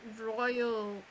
royal